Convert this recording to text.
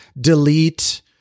delete